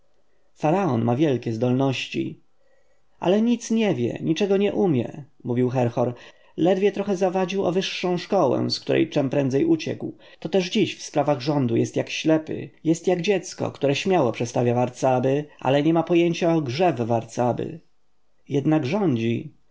ma wielkie zdolności ale nic nie wie niczego nie umie mówił herhor ledwie trochę zawadził o wyższą szkołę z której czem prędzej uciekł to też dziś w sprawach rządu jest jak ślepy jest jak dziecko które śmiało przestawia warcaby ale nie ma pojęcia o grze w warcaby jednak rządzi